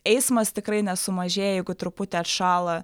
eismas tikrai nesumažėja jeigu truputį atšąla